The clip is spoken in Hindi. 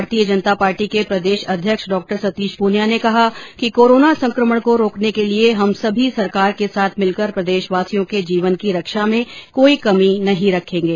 भारतीय जनता पार्टी के प्रदेश अध्यक्ष डॉ सतीश प्रनिया ने कहा कि कोरोना संक्रमण को रोकने के लिए हम सभी सरकार के साथ मिलकर प्रदेशवासियों के जीवन की रक्षा में कोई कमी नहीं रखेंगे